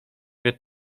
wie